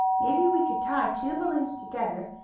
maybe we could tie two balloons together,